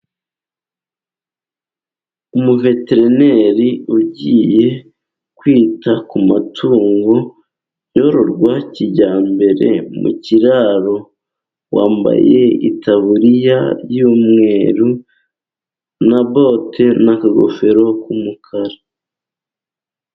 Umuveterineri ugiye kwita ku matungo yororwa kijyambere mu kiraro, wambaye itaburiya y'umweru na bote, n'akagofero k'umukara.